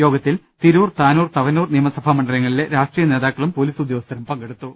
യോഗത്തിൽ തിരൂർ താനൂർ തവനൂർ നിയമസഭാ മണ്ഡലങ്ങളിലെ രാഷ്ട്രീയ നേതാക്കളും പൊലീസ് ഉദ്യോഗസ്ഥരും പങ്കെടുത്തു